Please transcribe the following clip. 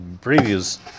previous